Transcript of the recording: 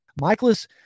Michaelis